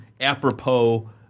apropos